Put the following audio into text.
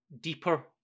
deeper